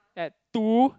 at two